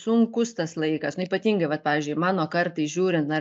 sunkus tas laikas na ir ypatingai vat pavyzdžiui mano kartai žiūrint na